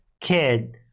kid